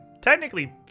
technically